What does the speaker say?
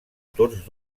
tots